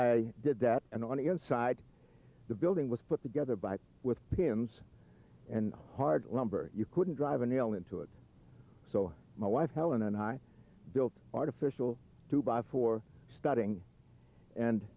i did that and on the inside the building was put together by with pins and hard lumber you couldn't drive a nail into it so my wife helen and i built artificial dubai for studying and